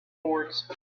boards